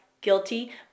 guilty